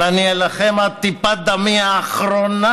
אבל אני אילחם עד טיפת דמי האחרונה